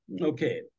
okay